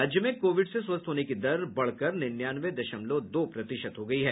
राज्य में कोविड से स्वस्थ होने की दर बढ़कर निन्यानवे दशमलव दो प्रतिशत हो गई है